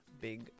big